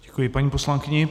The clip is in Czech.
Děkuji paní poslankyni.